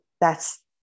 thats